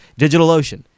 DigitalOcean